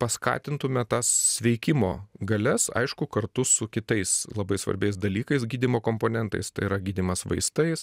paskatintume tas sveikimo galias aišku kartu su kitais labai svarbiais dalykais gydymo komponentais tai yra gydymas vaistais